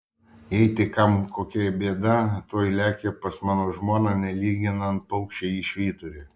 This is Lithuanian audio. jei tik kam kokia bėda tuoj lekia pas mano žmoną nelyginant paukščiai į švyturį